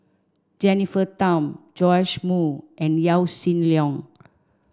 Jennifer Tham Joash Moo and Yaw Shin Leong